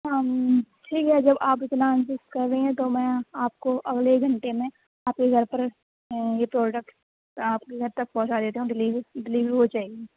ٹھیک ہے جب آپ اتنا انسسٹ کر رہے ہیں تو میں آپ کو اگلے ایک گھنٹے میں آپ کے گھر طرف یہ پروڈکٹ آپ کے گھر تک پہنچا دیتے ہیں ڈلیور ڈیلیوری ہو جائے گی